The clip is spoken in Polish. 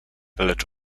lecz